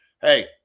hey